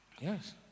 Yes